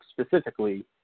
specifically